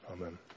amen